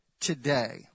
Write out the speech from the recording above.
today